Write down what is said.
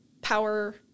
power